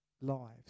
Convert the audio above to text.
lives